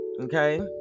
Okay